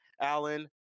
Alan